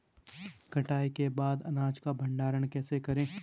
कटाई के बाद अनाज का भंडारण कैसे करें?